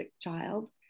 Child